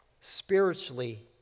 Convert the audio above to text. spiritually